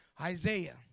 Isaiah